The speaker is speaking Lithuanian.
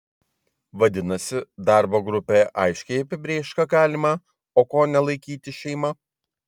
vadinasi darbo grupė aiškiai apibrėš ką galima o ko ne laikyti šeima